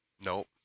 Nope